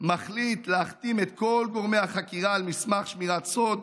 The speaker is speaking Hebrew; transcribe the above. מחליט להחתים את כל גורמי החקירה על מסמך שמירת סוד,